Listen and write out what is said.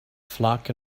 flock